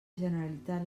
generalitat